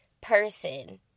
person